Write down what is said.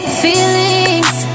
feelings